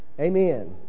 Amen